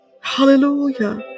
Hallelujah